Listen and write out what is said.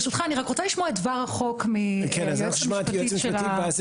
ברשותך אני רק רוצה לשמוע את דבר החוק מהיועצת המשפטית של הוועדה.